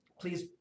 Please